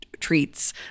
treats